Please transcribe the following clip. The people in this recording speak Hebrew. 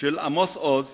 של עמוס עוז